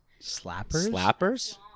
Slappers